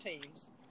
teams